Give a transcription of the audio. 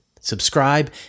Subscribe